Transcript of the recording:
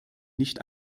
nicht